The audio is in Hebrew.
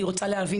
אני רוצה להבין.